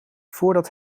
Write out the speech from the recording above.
voordat